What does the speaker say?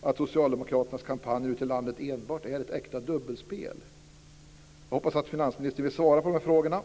som att Socialdemokraternas kampanj ute i landet enbart är ett äkta dubbelspel? Jag hoppas att finansministern vill svara på de här frågorna.